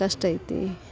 ಕಷ್ಟ ಐತಿ